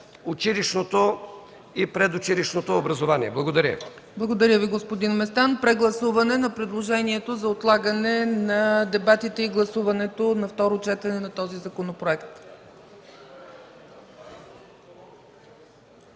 училищното и предучилищното образование. Благодаря Ви. ПРЕДСЕДАТЕЛ ЦЕЦКА ЦАЧЕВА: Благодаря Ви, господин Местан. Прегласуване на предложението за отлагане на дебатите и гласуването на второ четене на този законопроект.